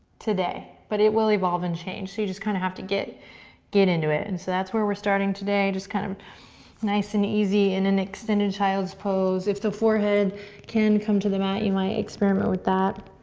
today, but it will evolve and change, so you just kind of have to get get into it. and so that's where we're starting today, just kind of nice and easy in an extended child's pose. if the forehead can come to the mat you might experiment with that.